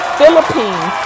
Philippines